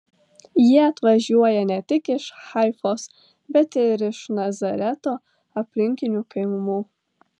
jie atvažiuoja ne tik iš haifos bet ir iš nazareto aplinkinių kaimų